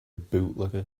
bootlegger